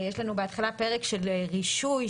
יש לנו בהתחלה פרק של רישוי,